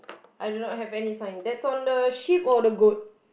I do no have any sign that's on the sheep or on the goat